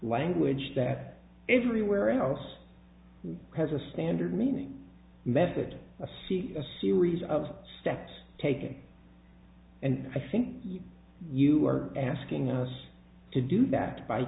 language that everywhere else has a standard meaning method a see a series of steps taken and i think you are asking us to do that by